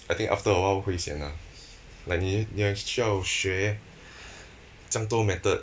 I think after a while 会 sian ah like 你你还需要学这么多 method